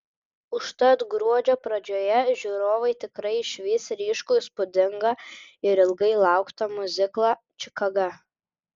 užtat gruodžio pradžioje žiūrovai tikrai išvys ryškų įspūdingą ir ilgai lauktą miuziklą čikaga